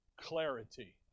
clarity